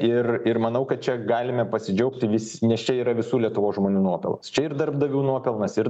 ir ir manau kad čia galime pasidžiaugti vis nes čia yra visų lietuvos žmonių nuopelnas čia ir darbdavių nuopelnas ir